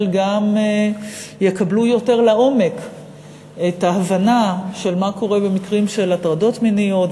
גם יקבלו יותר לעומק את ההבנה של מה קורה במקרים של הטרדות מיניות,